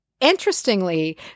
interestingly